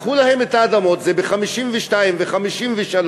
לקחו להם את האדמות ב-1952 ו-1953,